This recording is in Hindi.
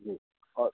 जी और